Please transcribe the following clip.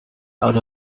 out